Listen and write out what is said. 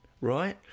right